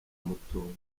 mutungo